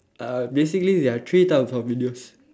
uh basically there are three types of videos